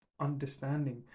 understanding